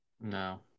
No